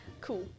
Cool